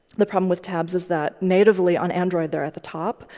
the problem with tabs is that natively on android, they're at the top.